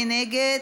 מי נגד?